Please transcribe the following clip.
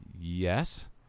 Yes